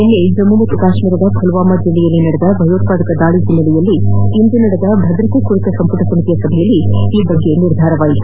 ನಿನ್ನೆ ಜಮ್ನು ಮತ್ತು ಕಾಶ್ಮೀರದ ಪುಲ್ವಾಮಾ ಜಿಲ್ಲೆಯಲ್ಲಿ ನಡೆದ ಭಯೋತ್ಪಾದಕ ದಾಳಿಯ ಹಿನ್ನೆಲೆಯಲ್ಲಿಂದು ನಡೆದ ಭದ್ರತೆ ಕುರಿತ ಸಂಪುಟ ಸಮಿತಿಯ ಸಭೆಯಲ್ಲಿ ಈ ಕುರಿತು ನಿರ್ಧಾರ ಕೈಗೊಳ್ಳಲಾಗಿದೆ